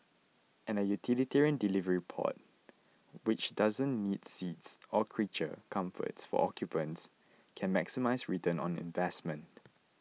and a utilitarian delivery pod which doesn't need seats or creature comforts for occupants can maximise return on investment